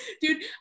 Dude